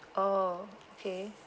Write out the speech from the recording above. oh okay